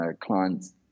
clients